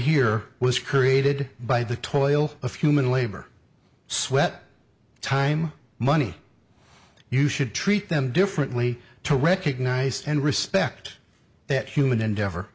here was created by the toil of human labor sweat time money you should treat them differently to recognize and respect that human endeavor